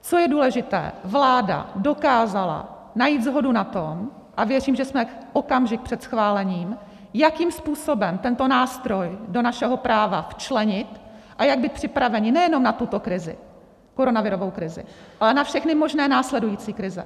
Co je důležité: vláda dokázala najít shodu na tom, a věřím, že jsme okamžik před schválením, jakým způsobem tento nástroj do našeho práva včlenit a jak být připraveni nejenom na tuto krizi, koronavirovou krizi, ale na všechny možné následující krize.